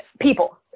people